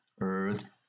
Earth